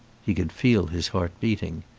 he could feel his heart beating.